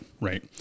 right